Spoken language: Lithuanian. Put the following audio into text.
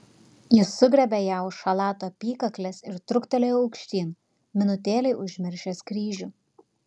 jis sugriebė ją už chalato apykaklės ir truktelėjo aukštyn minutėlei užmiršęs kryžių